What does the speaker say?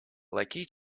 лакей